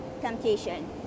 temptation